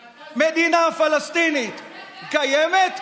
נדחתה, מדינה פלסטינית קיימת?